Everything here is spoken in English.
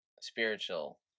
spiritual